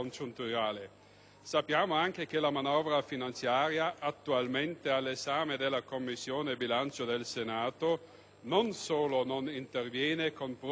Sappiamo anche che la manovra finanziaria attualmente all'esame della Commissione bilancio del Senato non solo non interviene con provvedimenti